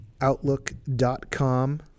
outlook.com